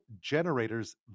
generators